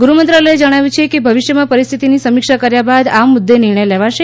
ગૃહમંત્રાલયે જણાવ્યું છે કે ભવિષ્યમાં પરિસ્થિતિની સમીક્ષા કર્યા બાદ આ મુદ્દે નિર્ણય લેવાશે